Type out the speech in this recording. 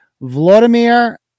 Vladimir